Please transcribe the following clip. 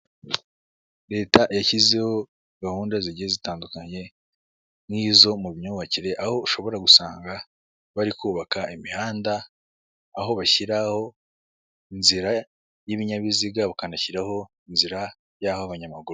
Leta yashyizeho gahunda zigiye zitandukanye nk'izo mu myubakire aho ushobora gusanga bari kubaka imihanda aho bashyiraho inzira y'ibinyabiziga ukanashyiraho inzira y'aho abanyamaguru.